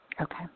Okay